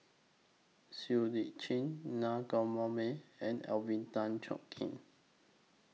Seah EU Chin Naa Govindasamy and Alvin Tan Cheong Kheng